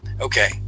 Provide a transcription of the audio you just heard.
okay